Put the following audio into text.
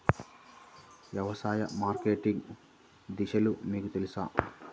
వ్యవసాయ మార్కెటింగ్ దశలు మీకు తెలుసా?